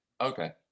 Okay